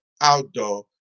outdoor